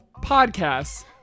podcasts